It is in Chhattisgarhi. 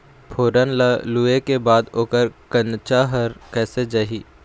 फोरन ला लुए के बाद ओकर कंनचा हर कैसे जाही?